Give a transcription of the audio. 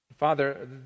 Father